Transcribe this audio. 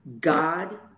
God